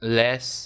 less